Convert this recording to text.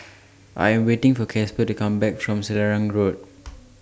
I Am waiting For Casper to Come Back from Selarang Road